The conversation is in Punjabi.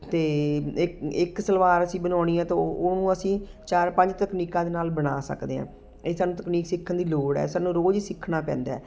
ਅਤੇ ਇ ਇੱਕ ਸਲਵਾਰ ਅਸੀਂ ਬਣਾਉਣੀ ਹੈ ਤਾਂ ਉਹ ਉਹ ਅਸੀਂ ਚਾਰ ਪੰਜ ਤਕਨੀਕਾਂ ਦੇ ਨਾਲ ਬਣਾ ਸਕਦੇ ਹਾਂ ਇਹ ਸਾਨੂੰ ਤਕਨੀਕ ਸਿੱਖਣ ਦੀ ਲੋੜ ਹੈ ਸਾਨੂੰ ਰੋਜ਼ ਹੀ ਸਿੱਖਣਾ ਪੈਂਦਾ